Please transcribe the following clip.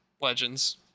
Legends